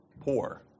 poor